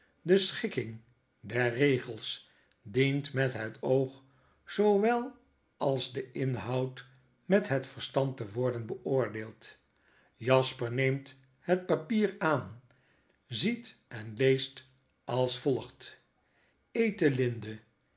de schikking derjregels dient met het oog zoowel als de inhoud met het verstand te worden beoordeeld jasper neemt als volgt het papier aan ziet en leest ethelinde